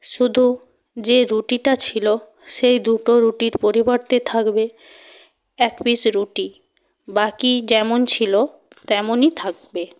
শুধু যে রুটিটা ছিলো সেই দুটো রুটির পরিবর্তে থাকবে এক পিস রুটি বাকি যেমন ছিলো তেমনই থাকবে